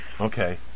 Okay